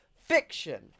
Fiction